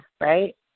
Right